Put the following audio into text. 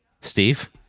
Steve